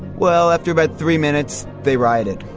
well, after about three minutes they rioted.